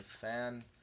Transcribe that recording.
fan